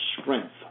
strength